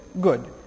good